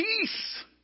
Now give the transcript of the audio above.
peace